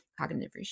cognitive